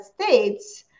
States